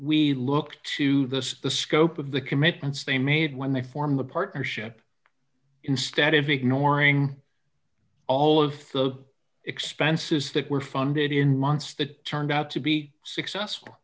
we look to the specific ope of the commitments they made when they formed a partnership instead of ignoring all of the expenses that were funded in months that turned out to be successful